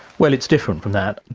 well it's different from that.